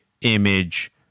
image